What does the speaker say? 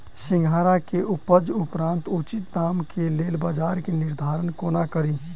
सिंघाड़ा केँ उपजक उपरांत उचित दाम केँ लेल बजार केँ निर्धारण कोना कड़ी?